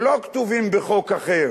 שלא כתובים בחוק אחר.